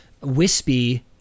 wispy